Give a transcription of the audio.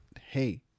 Hey